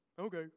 Okay